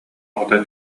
оҕото